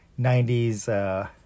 90s